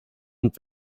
und